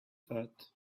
thought